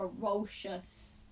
ferocious